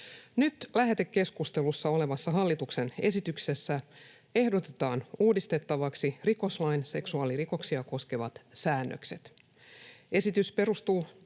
Nyt lähetekeskustelussa olevassa hallituksen esityksessä ehdotetaan uudistettavaksi rikoslain seksuaalirikoksia koskevat säännökset. Esitys perustuu